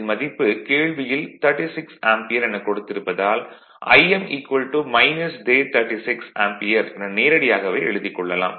இதன் மதிப்பு கேள்வியில் 36 ஆம்பியர் எனக் கொடுத்திருப்பதால் Im j36 ஆம்பியர் என நேரடியாகவே எழுதிக் கொள்ளலாம்